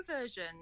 version